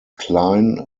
klein